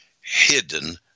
hidden